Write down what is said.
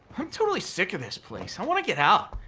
i'm totally sick of this place. i wanna get out.